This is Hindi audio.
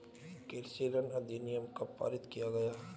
कृषि ऋण अधिनियम कब पारित किया गया?